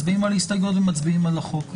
מצביעים על הסתייגויות ומצביעים על החוק.